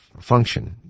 function